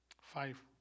Five